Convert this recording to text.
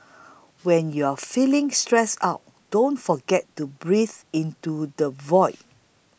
when you are feeling stressed out don't forget to breathe into the void